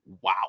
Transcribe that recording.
Wow